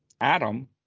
Adam